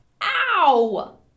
Ow